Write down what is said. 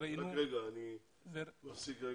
אני עושה הפסקה קלה